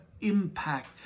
impact